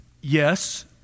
Yes